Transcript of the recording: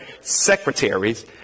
secretaries